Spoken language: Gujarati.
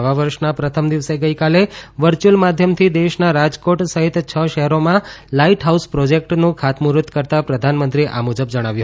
નવા વર્ષના પ્રથમ દિવસે ગઇકાલે વર્ચ્યુઅલ માધ્યમથી દેશના રાજકોટ સહિત છ શહેરોમાં લાઈટહાઉસ પ્રોજેક્ટનું ખાતમુહૂર્ત કરતા પ્રધાનમંત્રીએ આ મુજબ કહ્યું